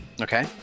Okay